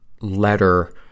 letter